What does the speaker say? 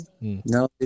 No